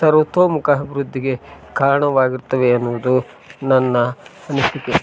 ಸರ್ವೊತೋಮುಖ ಅಭಿವೃದ್ದಿಗೆ ಕಾರಣವಾಗಿರುತ್ತವೆ ಎನ್ನುವುದು ನನ್ನ ಅನಿಸಿಕೆ